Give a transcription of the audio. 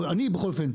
או אני בכל אופן,